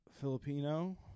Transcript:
Filipino